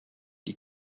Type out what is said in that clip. die